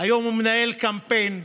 היום הוא מנהל קמפיין נגדי,